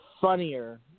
funnier